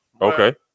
Okay